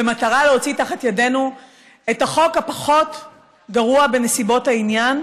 במטרה להוציא תחת ידינו את החוק הפחות-גרוע בנסיבות העניין,